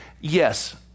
Yes